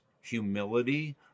humility